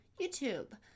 YouTube